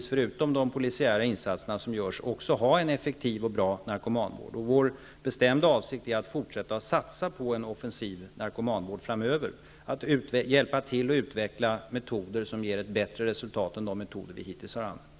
Förutom de polisiära insater som görs måste vi också ha en effektiv och bra narkomanvård. Vår bestämda avsikt är att fortsätta att satsa på en offensiv narkomanvård framöver, att hjälpa till att utveckla metoder som ger ett bättre resultat än de metoder vi hittills har använt.